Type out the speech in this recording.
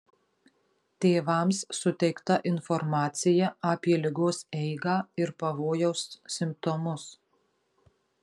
tėvams suteikta informacija apie ligos eigą ir pavojaus simptomus